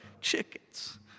chickens